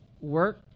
work